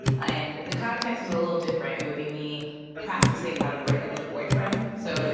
ah and the context was a little different. it would be me practicing how to break up with a boyfriend. so. really.